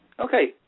Okay